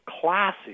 classy